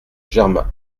germain